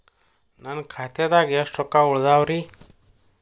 ನನ್ನ ಖಾತೆದಾಗ ಎಷ್ಟ ರೊಕ್ಕಾ ಉಳದಾವ್ರಿ?